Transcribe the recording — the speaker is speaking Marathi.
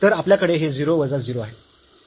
तर आपल्याकडे हे 0 वजा 0 आहे